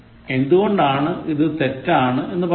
എന്തുകൊണ്ടാണ് ഇത് തെറ്റാണ് എന്ന് പറയുന്നത്